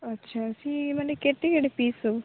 ଆଚ୍ଛା ସେ ମାନେ କେତେକେତେ ପିସ୍ ସବୁ